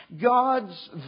God's